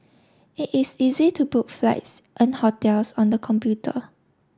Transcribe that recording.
it is easy to book flights and hotels on the computer